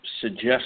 suggest